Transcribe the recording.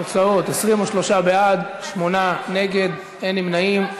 תוצאות: 23 בעד, שמונה נגד, אין נמנעים.